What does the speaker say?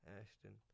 Ashton